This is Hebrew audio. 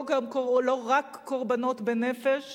לא רק קורבנות בנפש